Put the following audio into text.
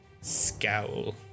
scowl